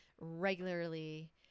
regularly